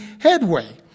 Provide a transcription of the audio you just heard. headway